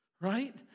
right